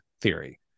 theory